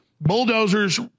Bulldozers